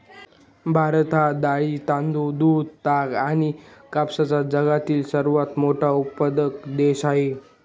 भारत हा डाळी, तांदूळ, दूध, ताग आणि कापसाचा जगातील सर्वात मोठा उत्पादक देश आहे